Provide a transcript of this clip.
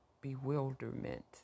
bewilderment